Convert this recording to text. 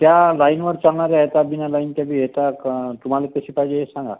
त्या लाईनवर चालणाऱ्या येतात बिना लाईनच्या बी येतात क तुम्हाला कशी पाहिजे हे सांगा